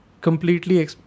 completely